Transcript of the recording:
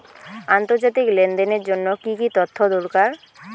আন্তর্জাতিক লেনদেনের জন্য কি কি তথ্য দরকার?